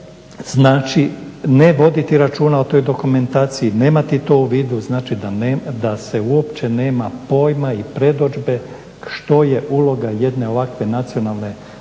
Znači ne voditi računa o toj dokumentaciji, nemati to u vidu. Znači da se uopće nema pojma i predodžbe što je uloga jedne ovakve nacionalne agencije